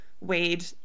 weighed